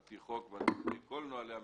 על פי חוק ועל פי כל נהלי המכרזים,